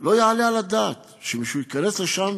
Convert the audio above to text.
לא יעלה על הדעת שמישהו ייכנס לשם